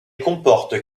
comporte